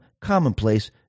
commonplace